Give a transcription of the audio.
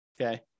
okay